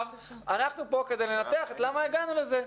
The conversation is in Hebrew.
אנחנו כאן כדי לנתח למה הגענו לזה.